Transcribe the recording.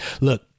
Look